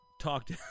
talked